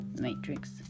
matrix